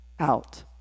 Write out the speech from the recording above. out